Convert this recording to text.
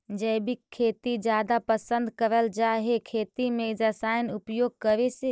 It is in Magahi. जैविक खेती जादा पसंद करल जा हे खेती में रसायन उपयोग करे से